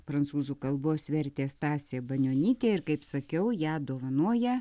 prancūzų kalbos vertė stasė banionytė ir kaip sakiau ją dovanoja